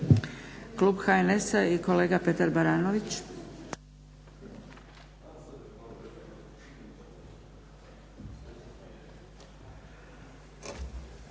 Klub HNS-a i kolega Petar Baranović.